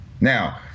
Now